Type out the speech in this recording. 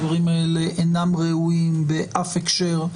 הדברים האלה אינם ראויים באף הקשר,